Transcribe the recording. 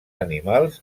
animals